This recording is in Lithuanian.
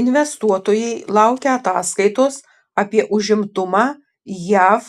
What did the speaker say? investuotojai laukia ataskaitos apie užimtumą jav